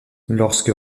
lorsque